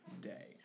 Day